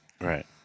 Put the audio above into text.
Right